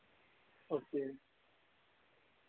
okay